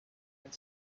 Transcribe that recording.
and